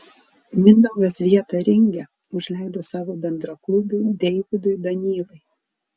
mindaugas vietą ringe užleido savo bendraklubiui deividui danylai